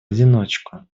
одиночку